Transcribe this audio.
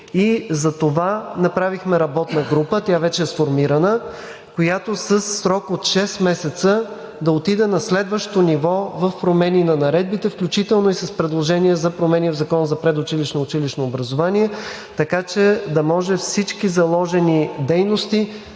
и затова направихме работна група. Тя вече е сформирана, която е със срок от шест месеца, и да се отиде на следващото ниво – промени на наредбите, включително и предложения за промени в Закона за предучилищното и училищното образование, така че да може всички заложени дейности